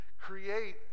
create